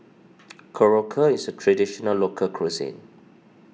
Korokke is a Traditional Local Cuisine